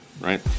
right